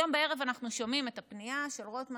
היום בערב אנחנו שומעים את הפנייה של רוטמן